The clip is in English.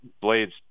Blades